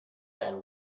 that